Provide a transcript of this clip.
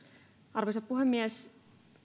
arvoisa puhemies